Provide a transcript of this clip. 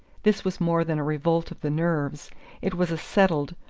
this was more than a revolt of the nerves it was a settled,